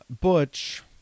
Butch